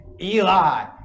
Eli